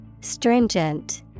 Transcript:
Stringent